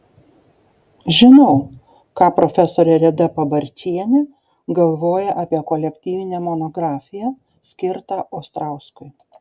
žinau kad profesorė reda pabarčienė galvoja apie kolektyvinę monografiją skirtą ostrauskui